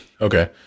Okay